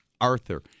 Arthur